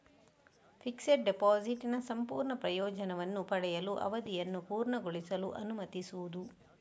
fixed ಡೆಪಾಸಿಟಿನ ಸಂಪೂರ್ಣ ಪ್ರಯೋಜನವನ್ನು ಪಡೆಯಲು, ಅವಧಿಯನ್ನು ಪೂರ್ಣಗೊಳಿಸಲು ಅನುಮತಿಸುವುದು